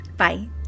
Bye